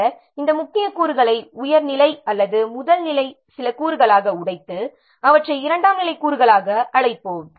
பின்னர் இந்த முக்கிய கூறுகளை உயர் நிலை அல்லது முதல் நிலை சில கூறுகளாக உடைத்து அவற்றை இரண்டாம் நிலை கூறுகளாக அழைப்போம்